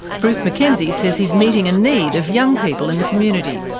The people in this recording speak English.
bruce mackenzie says he's meeting a need of young people in the community.